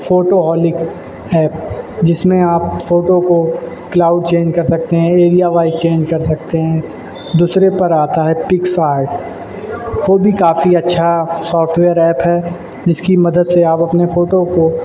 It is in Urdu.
فوٹوہولک ایپ جس میں آپ فوٹو کو کلاوڈ چینج کر سکتے ہیں ایریا وائز چینج کر سکتے ہیں دوسرے پر آتا ہے پکس آرٹ وہ بھی کافی اچھا سافٹویئر ایپ ہے جس کی مدد سے آپ اپنے فوٹو کو